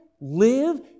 live